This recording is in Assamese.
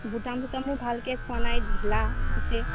বুটাম চুটামো ভালকে খোৱা নাই ধিলা হৈছে